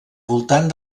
voltant